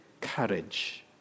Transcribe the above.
courage